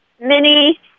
mini